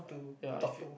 ya